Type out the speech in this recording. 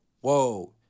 Whoa